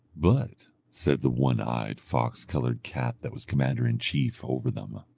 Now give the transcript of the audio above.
but, said the one-eyed fox-coloured cat that was commander-in-chief over them,